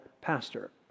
pastor